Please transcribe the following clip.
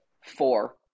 Four